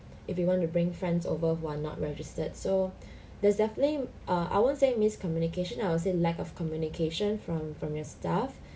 if you want to bring friends over who are not registered so there's definitely err I won't say miscommunication I would say lack of communication from from your staff